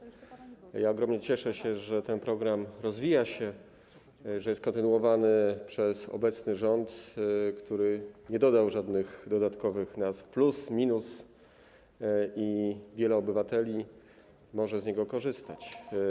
Ogromnie cieszę się, że ten program rozwija się, że jest kontynuowany przez obecny rząd, który nie dodał żadnych dodatkowych nazw plus, minus i wielu obywateli może z niego korzystać.